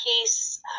peace